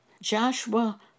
Joshua